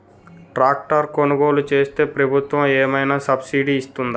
Tractor కొనుగోలు చేస్తే ప్రభుత్వం ఏమైనా సబ్సిడీ ఇస్తుందా?